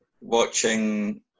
watching